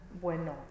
bueno